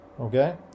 Okay